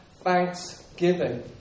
thanksgiving